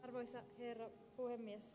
arvoisa herra puhemies